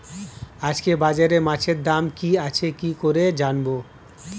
আজকে বাজারে মাছের দাম কি আছে কি করে জানবো?